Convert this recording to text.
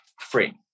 free